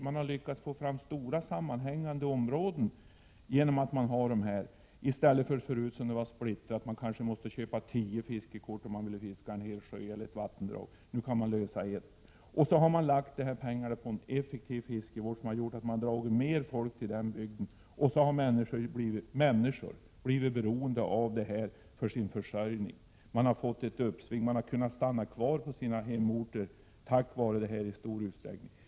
Det kan bli stora, sammanhängande fiskeområden genom en fiskevårdsförening, i stället för de splittrade områden som fanns förut, då man ibland behövde köpa 10 fiskekort om man ville fiska i en hel sjö eller ett helt vattendrag. Nu räcker det med att lösa ett enda fiskekort. Det har också lagts ner pengar på en effektiv fiskevård, vilket har medfört att mer folk kommit till bygden. På det sättet har människor blivit beroende av den här verksamheten för sin försörjning. Det har blivit ett uppsving, och man har i stor utsträckning kunnat stanna kvar på hemorten tack vare detta.